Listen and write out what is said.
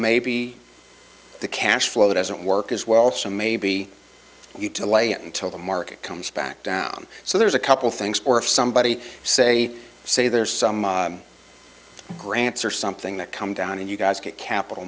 maybe the cash flow doesn't work as well so maybe you to lay it until the market comes back down so there's a couple things or if somebody say say there's some grants or something that come down and you guys get capital